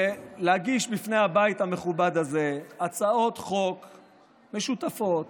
ולהגיש בפני הבית המכובד הזה הצעות חוק משותפות,